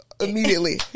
immediately